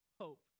hope